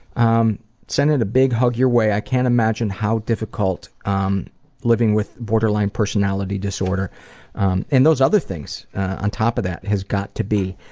um sending a big hug your way. i can't imagine how difficult um living with borderline personality disorder and those other things on top of that has got to be.